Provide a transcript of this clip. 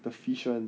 the fission